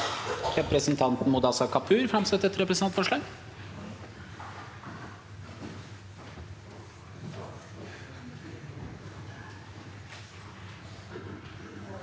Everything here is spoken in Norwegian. Representanten Mudassar Kapur vil framsette et representantforslag.